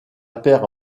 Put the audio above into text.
paire